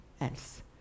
else